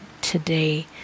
today